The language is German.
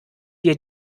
dir